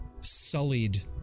sullied